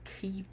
keep